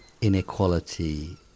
inequality